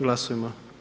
Glasujmo.